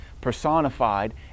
personified